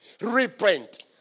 Repent